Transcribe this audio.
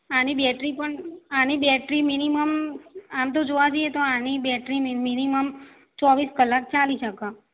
આની બૅટરી પણ આની બૅટરી મિનિમમ આમ તો જોવા જઈએ તો આની બૅટરી મિનીિમમ ચોવીસ કલાક ચાલી શકે